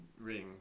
ring